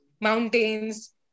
mountains